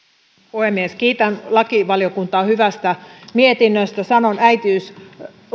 puhemies kiitän lakivaliokuntaa hyvästä mietinnöstä sanon äitiyslaille